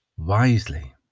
wisely